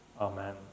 amen